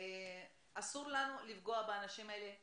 אסור לנו לפגוע באנשים האלה,